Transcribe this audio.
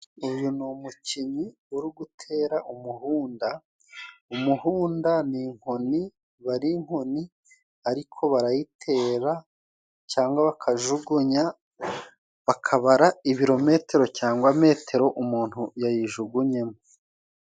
Uyu ni umukinyi uri gutera umuhunda, umuhunda ni inkoni aba ari inkoni ariko barayitera cangwa bakajugunya bakabara ibirometero cyangwa metero umuntu yayijugunyemo.